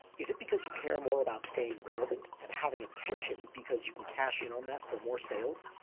is it because you care more about staying relevant and having attention because you can cash it on that for more sales?